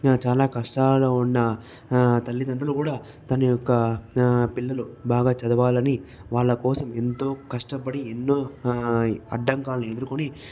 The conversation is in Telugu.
చాలా కష్టాల్లో ఉన్న తల్లిదండ్రులు కూడా తన యొక్క పిల్లలు బాగా చదవాలని వాళ్ళ కోసం ఎంతో కష్టపడి ఎన్నోఆ అడ్డంకాలని ఎదుర్కొని